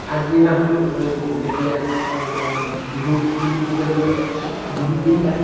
আগদিনাখন যেতিয়া বিহু বুলি ক'বলৈ গ'লে বিহু তিনিটা